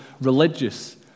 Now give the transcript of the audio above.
religious